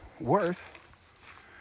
worth